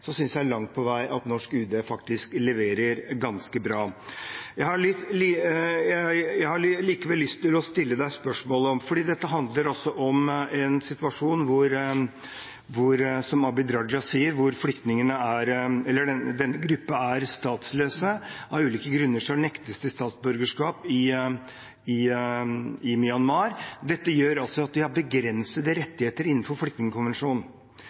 at UD langt på vei leverer ganske bra. Jeg har likevel lyst til å stille noen spørsmål. Dette handler også om en situasjon hvor – som Abid Q. Raja sier – denne gruppen er statsløs. Av ulike grunner nektes de statsborgerskap i Myanmar. Dette gjør også at de har begrensede rettigheter innenfor flyktningkonvensjonen.